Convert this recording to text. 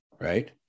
Right